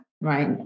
right